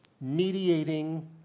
mediating